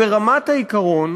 ברמת העיקרון